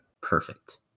Perfect